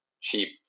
cheap